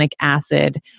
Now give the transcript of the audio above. acid